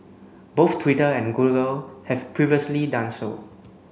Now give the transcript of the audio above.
both Twitter and Google have previously done so